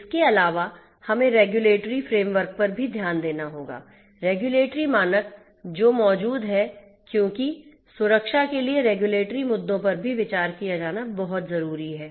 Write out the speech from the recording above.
इसके अलावा हमें रेगुलेटरी फ्रेमवर्क पर भी ध्यान देना होगा रेगुलेटरी मानक जो मौजूद हैं क्योंकि सुरक्षा के लिए रेगुलेटरी मुद्दों पर भी विचार किया जाना बहुत जरूरी है